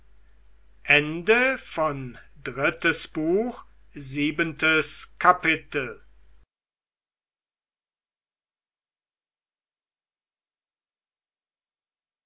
drittes buch erstes kapitel